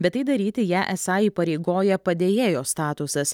bet tai daryti ją esą įpareigoja padėjėjos statusas